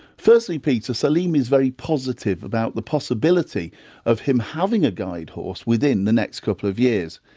firstly, peter, salim is very positive about the possibility of him having a guide horse within the next couple of years.